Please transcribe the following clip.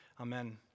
Amen